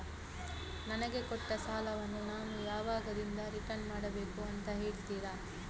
ನನಗೆ ಕೊಟ್ಟ ಸಾಲವನ್ನು ನಾನು ಯಾವಾಗದಿಂದ ರಿಟರ್ನ್ ಮಾಡಬೇಕು ಅಂತ ಹೇಳ್ತೀರಾ?